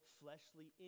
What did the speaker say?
fleshly